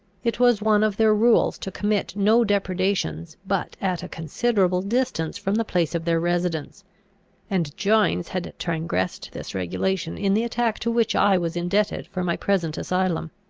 it was one of their rules to commit no depredations but at a considerable distance from the place of their residence and gines had transgressed this regulation in the attack to which i was indebted for my present asylum.